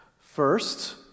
First